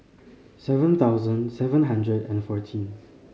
seven thousand seven hundred and fourteen